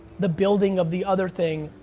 the building of the other thing,